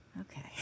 Okay